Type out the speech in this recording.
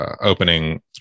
opening